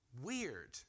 weird